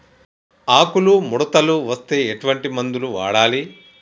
ఆకులు ముడతలు వస్తే ఎటువంటి మందులు వాడాలి?